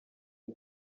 ari